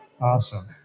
Awesome